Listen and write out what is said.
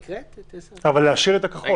אבל להשאיר את הכחול.